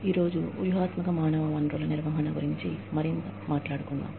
ఈ రోజు వ్యూహాత్మక మానవ వనరుల నిర్వహణ గురించి మరింత మాట్లాడుకుందాం